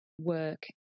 work